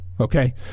Okay